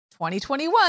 2021